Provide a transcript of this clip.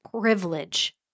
privilege